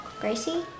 Gracie